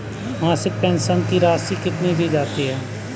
मासिक पेंशन की राशि कितनी दी जाती है?